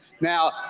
Now